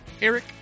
eric